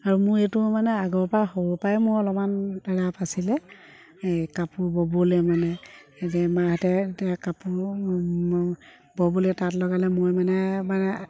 আৰু মোৰ এইটো মানে আগৰপৰা সৰুৰপৰাই মোৰ অলপমান ৰাপ আছিলে এই কাপোৰ ব'বলৈ মানে যে মাহঁতে কাপোৰ ব'বলৈ তাঁত লগালে মই মানে মানে